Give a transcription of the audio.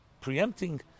preempting